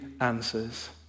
answers